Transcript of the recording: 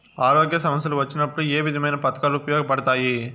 ఆరోగ్య సమస్యలు వచ్చినప్పుడు ఏ విధమైన పథకాలు ఉపయోగపడతాయి